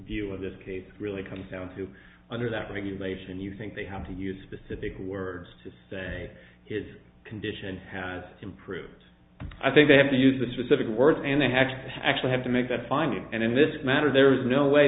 view of this case really comes down to under that regulation you think they have to use specific words to say his condition has improved i think they have to use the specific words and they have to actually have to make that finding and in this matter there is no way